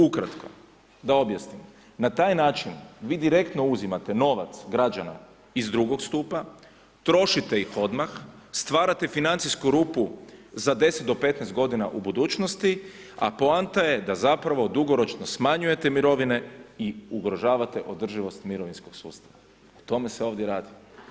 Ukratko da objasnim, na taj način vi direktno uzimate novac građana iz drugog stupa, trošite ih odmah, stvarate financijsku rupu za 10 do 15 godina u budućnosti, a poanta je da zapravo dugoročno smanjujete mirovine i ugrožavate održivost mirovinskog sustava, o tome se ovdje radi.